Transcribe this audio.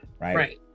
Right